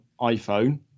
iPhone